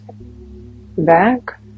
back